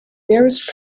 nearest